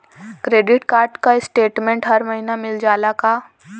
Credit card क statement हर महिना मिल जाला का?